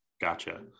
gotcha